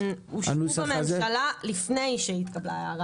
הן אושרו בממשלה לפני שהתקבלה ההערה.